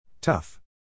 Tough